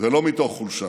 ולא מתוך חולשה.